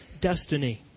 destiny